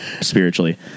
spiritually